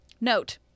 note